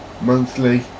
monthly